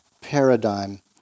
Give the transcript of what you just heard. paradigm